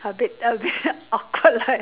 a bit a bit awkward like